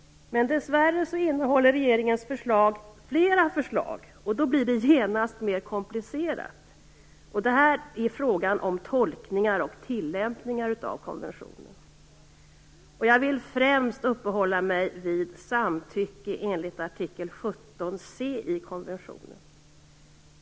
Dessvärre innehåller regeringens förslag flera förslag, och då blir det genast mer komplicerat. Det gäller tolkningar och tillämpningar av konventionen. Jag vill främst uppehålla mig vid samtycke enligt artikel 17 c i konventionen.